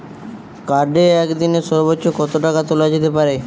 কার্ডে একদিনে সর্বোচ্চ কত টাকা তোলা যেতে পারে?